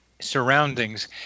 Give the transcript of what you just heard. surroundings